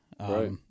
Right